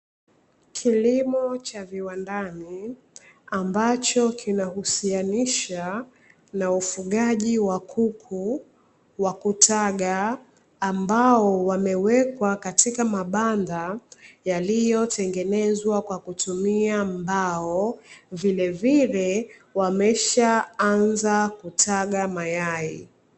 Kilimo cha viwandani ambacho kinahusianisha na ufugaji wa kuku wa kutaga ambao wamewekwa katika mabanda yaliyotengenezwa kwa kutumia mbao, vile vile wameshaanza kutaga mayai.